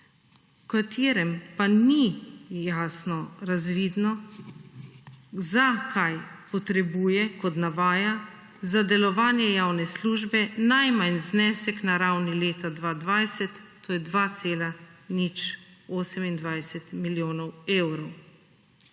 v katerem pa ni jasno razvidno za kaj potrebuje kot navaja za delovanje javne službe najmanj znesek na ravni leta 2020 to je 2,028 milijonov evrov.